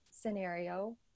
scenario